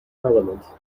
parliament